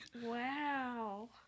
Wow